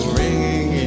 ringing